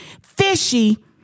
fishy